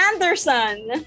Anderson